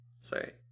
Sorry